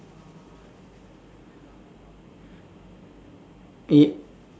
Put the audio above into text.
it